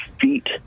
feet